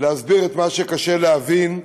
להסביר את מה שקשה להבין.